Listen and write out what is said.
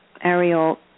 Ariel